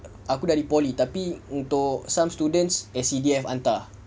aku dari poly tapi untuk some students S_C_D_F hantar